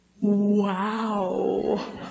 Wow